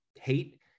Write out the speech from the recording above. hate